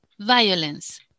Violence